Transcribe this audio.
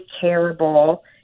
terrible